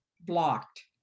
blocked